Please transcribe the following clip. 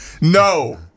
No